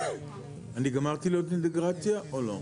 אני גמרתי להיות אינטגרציה או לא?